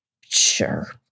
sure